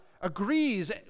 agrees